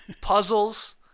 puzzles